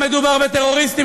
מדובר בטרוריסטים,